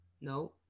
No